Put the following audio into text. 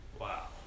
Wow